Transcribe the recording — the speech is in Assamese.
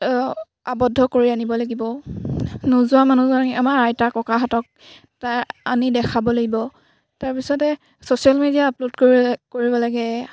আবদ্ধ কৰি আনিব লাগিব নোযোৱা মানুহজনক আমাৰ আইতা ককাহঁতক তাৰ আনি দেখাব লাগিব তাৰপিছতে ছ'চিয়েল মিডিয়াত আপলোড কৰি কৰিব লাগে